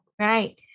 Right